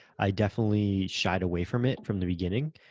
i definitely shied away from it from the beginning,